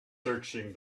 searching